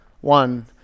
one